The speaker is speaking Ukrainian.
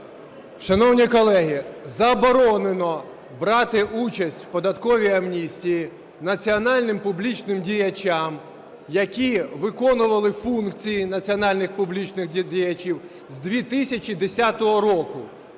Шановні колеги, заборонено брати участь в податковій амністії національним публічним діячам, які виконували функції національних публічних діячів з 2010 року,